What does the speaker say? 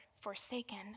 forsaken